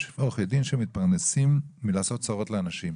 יש עורכי דין שמתפרנסים מלעשות צרות לאנשים.